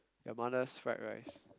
your mother's fried rice